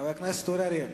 חבר הכנסת אורי אריאל,